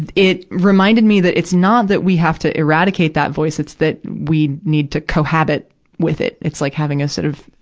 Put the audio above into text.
it it reminded me that it's not that we have to eradicate that voice. it's that we need to co-habit with it. it's like having a, sort of,